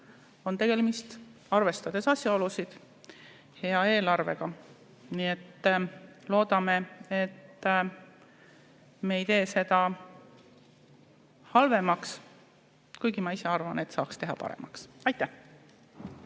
on tegemist, arvestades asjaolusid, hea eelarvega. Nii et loodame, et me ei tee seda halvemaks. Kuigi ma ise arvan, et saaks teha paremaks. Aitäh!